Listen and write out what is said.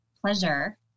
pleasure